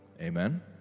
Amen